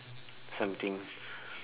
something